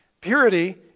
Purity